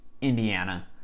Indiana